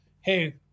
hey